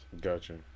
Gotcha